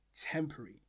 temporary